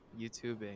YouTubing